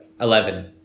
Eleven